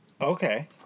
Okay